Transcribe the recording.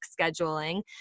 scheduling